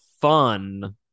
fun